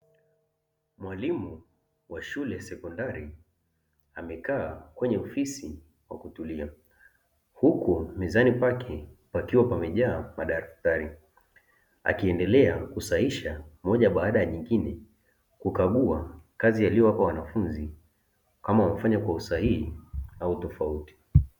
Mwalimu wa shule ya sekondari, amekaa kwenye ofisi kwa kutulia, huku mezani pake pakiwa pamejaa madaftari, akiendelea kusahihisha moja baada ya jingine, kukagua kazi aliyowapa wanafunzi kama wamefanya kwa usahihi au tofauti.